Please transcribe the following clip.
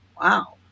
Wow